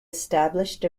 established